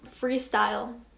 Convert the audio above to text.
Freestyle